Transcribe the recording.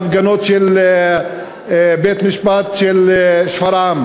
מההפגנות של בית-המשפט, של שפרעם.